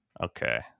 Okay